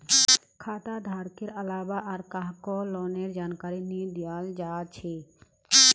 खाता धारकेर अलावा आर काहको लोनेर जानकारी नी दियाल जा छे